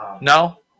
No